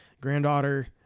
granddaughter